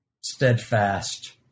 steadfast